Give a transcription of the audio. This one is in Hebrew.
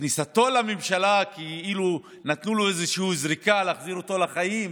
שכניסתו לממשלה היא כאילו נתנו לו איזושהי זריקה כדי להחזיר אותו לחיים,